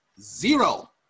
zero